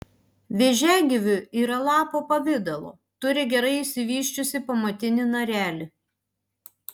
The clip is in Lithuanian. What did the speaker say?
vėžiagyvių yra lapo pavidalo turi gerai išsivysčiusį pamatinį narelį